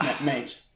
Mate